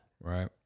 Right